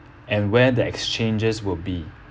and where the exchanges will be